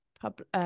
public